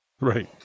Right